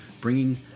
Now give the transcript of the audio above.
bringing